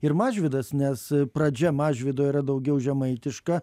ir mažvydas nes pradžia mažvydo yra daugiau žemaitiška